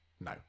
No